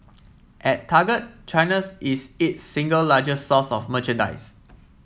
at Target China's is its single largest source of merchandise